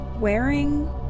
wearing